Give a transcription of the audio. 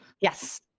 Yes